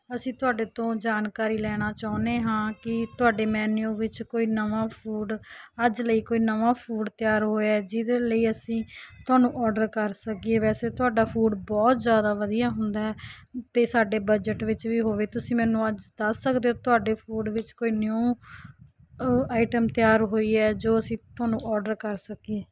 ਅਸੀਂ ਤੁਹਾਡੇ ਤੋਂ ਜਾਣਕਾਰੀ ਲੈਣਾ ਚਾਹੁੰਦੇ ਹਾਂ ਕੀ ਤੁਹਾਡੇ ਮੈਨਿਊ ਵਿੱਚ ਕੋਈ ਨਵਾਂ ਫੂਡ ਅੱਜ ਲਈ ਕੋਈ ਨਵਾਂ ਫੂਡ ਤਿਆਰ ਹੋਇਆ ਜਿਹਦੇ ਲਈ ਅਸੀਂ ਤੁਹਾਨੂੰ ਔਡਰ ਕਰ ਸਕੀਏ ਵੈਸੇ ਤੁਹਾਡਾ ਫੂਡ ਬਹੁਤ ਜ਼ਿਆਦਾ ਵਧੀਆ ਹੁੰਦਾ ਅਤੇ ਸਾਡੇ ਬਜਟ ਵਿੱਚ ਵੀ ਹੋਵੇ ਤੁਸੀਂ ਮੈਨੂੰ ਅੱਜ ਦੱਸ ਸਕਦੇ ਹੋ ਤੁਹਾਡੇ ਫੂਡ ਵਿੱਚ ਕੋਈ ਨਿਊ ਅ ਆਈਟਮ ਤਿਆਰ ਹੋਈ ਹੈ ਜੋ ਅਸੀਂ ਤੁਹਾਨੂੰ ਔਡਰ ਕਰ ਸਕੀਏ